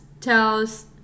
tells